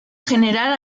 general